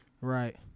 Right